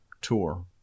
tour